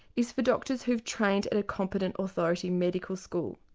is for doctors who've trained at a competent authority medical school.